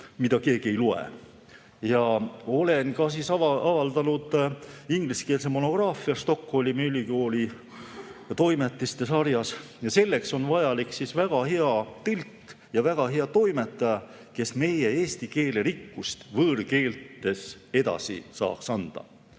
mida keegi ei loe. Ja olen ka avaldanud ingliskeelse monograafia Stockholmi Ülikooli toimetiste sarjas. Selleks on vajalik väga hea tõlk ja väga hea toimetaja, kes meie eesti keele rikkust võõrkeeles edasi saaks anda.